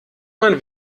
man